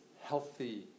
healthy